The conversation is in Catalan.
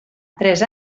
tres